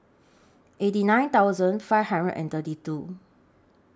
eighty nine thousand five hundred and thirty two